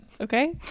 okay